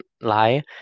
lie